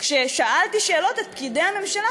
כששאלתי שאלות את פקידי הממשלה,